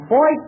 Boy